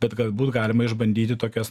bet galbūt galima išbandyti tokias